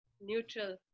neutral